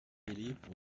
believe